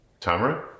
Tamra